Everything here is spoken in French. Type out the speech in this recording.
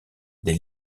des